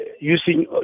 using